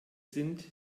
sind